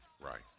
Right